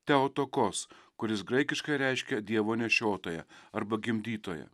theotokos kuris graikiškai reiškia dievo nešiotoja arba gimdytoja